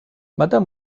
madame